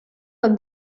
web